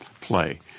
play